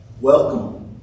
welcome